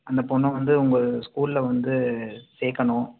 அந்த பொண்ணை வந்து உங்கள் ஸ்கூலில் வந்து சேர்க்கணும்